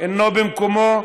אינו במקומו,